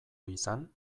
izan